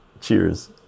cheers